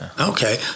okay